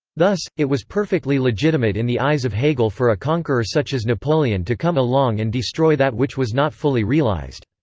thus, it was perfectly legitimate in the eyes of hegel for a conqueror such as napoleon to come along and destroy that which was not fully realized.